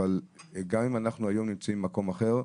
אבל גם אם אנחנו היום נמצאים במקום אחר,